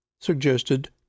suggested